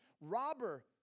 Robber